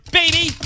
baby